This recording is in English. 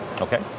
Okay